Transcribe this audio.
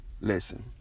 Listen